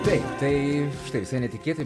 taip tai štai visai netikėtai